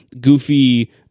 goofy